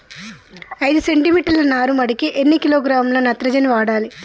ఐదు సెంటి మీటర్ల నారుమడికి ఎన్ని కిలోగ్రాముల నత్రజని వాడాలి?